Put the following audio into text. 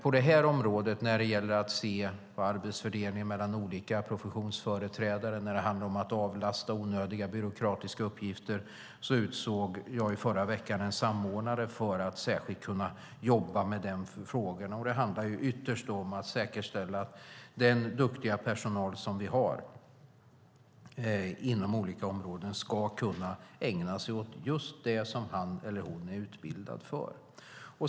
När det gäller att se på arbetsfördelningen mellan olika professionsföreträdare och om att avlasta onödiga byråkratiska uppgifter utsåg jag förra veckan en samordnare som ska jobba särskilt med den frågan. Ytterst handlar det om att säkerställa att den duktiga personal vi har inom olika områden ska kunna ägna sig åt just det som han eller hon är utbildad för.